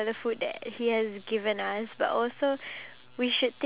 if let's say I were to give a chicken